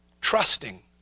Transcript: trusting